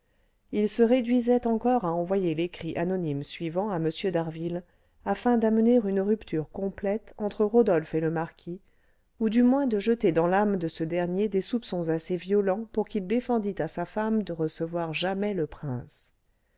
il se réduisait encore à envoyer l'écrit anonyme suivant à m d'harville afin d'amener une rupture complète entre rodolphe et le marquis ou du moins de jeter dans l'âme de ce dernier des soupçons assez violents pour qu'il défendît à sa femme de recevoir jamais le prince